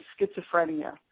schizophrenia